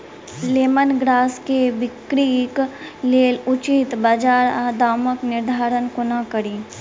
Lemon grass केँ बिक्रीक लेल उचित बजार आ दामक निर्धारण कोना कड़ी?